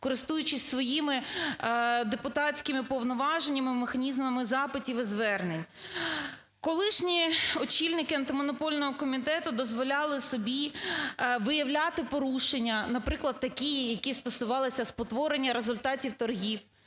користуючись своїми депутатськими повноваженнями, механізмами запитів і звернень. Колишні очільники Антимонопольного комітету дозволяли собі виявляти порушення, наприклад, такі, які стосувалися спотворення результатів торгів,